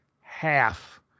half